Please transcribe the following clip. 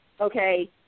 okay